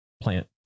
plant